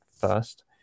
first